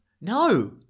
No